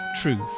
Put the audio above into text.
Truth